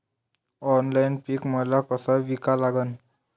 Online पीक माल कसा विका लागन?